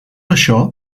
això